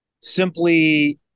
simply